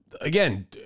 again